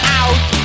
out